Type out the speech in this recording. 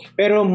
pero